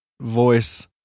voice